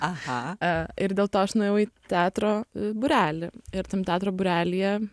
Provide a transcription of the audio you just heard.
aha ir dėl to aš nuėjau į teatro būrelį ir tam teatro būrelyje